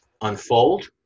unfold